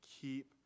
Keep